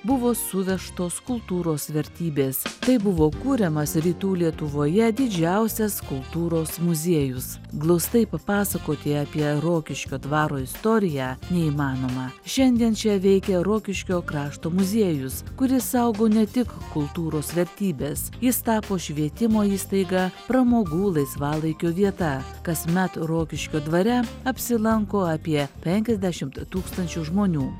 buvo suvežtos kultūros vertybės taip buvo kuriamas rytų lietuvoje didžiausias kultūros muziejus glaustai papasakoti apie rokiškio dvaro istoriją neįmanoma šiandien čia veikia rokiškio krašto muziejus kuris saugo ne tik kultūros vertybes jis tapo švietimo įstaiga pramogų laisvalaikio vieta kasmet rokiškio dvare apsilanko apie penkiasdešimt tūkstančių žmonių